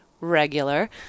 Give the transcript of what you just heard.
regular